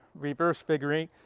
reverse figure eight,